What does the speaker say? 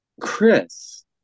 Chris